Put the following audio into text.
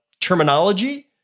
terminology